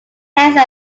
hands